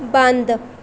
ਬੰਦ